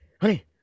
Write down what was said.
honey